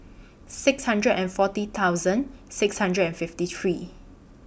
six hundred and four thousand six hundred and fifty three